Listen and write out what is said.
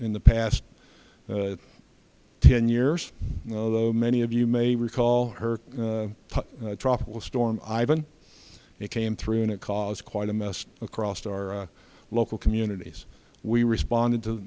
in the past ten years though many of you may recall her tropical storm ivan it came through and it caused quite a mess across to our local communities we responded to